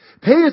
Pay